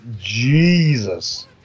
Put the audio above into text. jesus